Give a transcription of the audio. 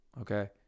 Okay